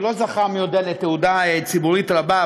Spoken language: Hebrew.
שלא זכה מי-יודע-מה לתהודה ציבורית רבה,